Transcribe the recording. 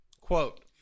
quote